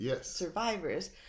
survivors